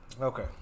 Okay